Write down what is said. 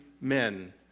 men